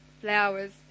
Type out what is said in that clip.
flowers